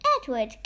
Edward